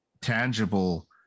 tangible